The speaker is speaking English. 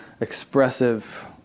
expressive